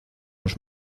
los